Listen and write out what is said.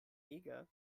eger